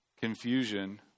confusion